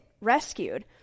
rescued